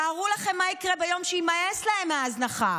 תארו לכם מה יקרה ביום שיימאס להם מההזנחה,